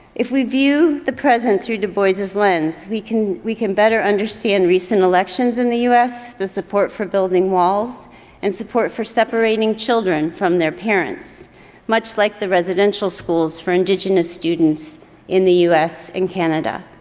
if we view the present through du bois's lens, we can we can better understand recent elections in the us, the support for building walls and support for separating children from their parents much like the residential schools for indigenous students students in the us and canada.